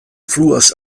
fluas